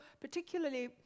particularly